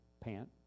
pant